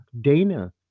Dana